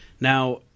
Now